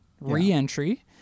reentry